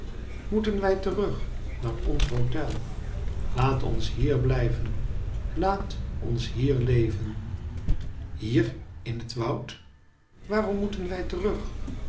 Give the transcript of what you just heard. moeten wij terug naar ons hotel laat ons hier blijven laat ons hier leven hier in het woud waarom moeten wij terug